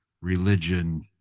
religion